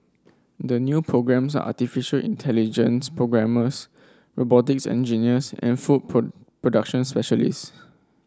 the new programmes are artificial intelligence programmers robotics engineers and food production specialists